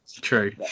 true